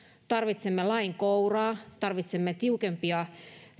tarvitsemme lain kouraa tarvitsemme tiukempia